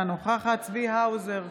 אינה נוכחת צבי האוזר,